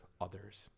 others